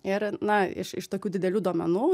ir na iš iš tokių didelių duomenų